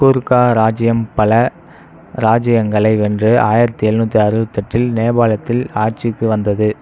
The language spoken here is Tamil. கூர்க்கா ராஜ்ஜியம் பல ராஜ்ஜியங்களை வென்று ஆயிரத்தி எழுநூத்தி அறுபத்தி எட்டில் நேபாளத்தில் ஆட்சிக்கு வந்தது